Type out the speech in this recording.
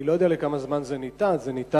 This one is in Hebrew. אני לא יודע לכמה זמן זה ניתן.